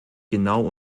genau